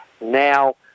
now